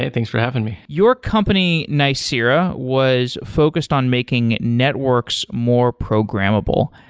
and thanks for having me. your company, nicira, was focused on making networks more programmable.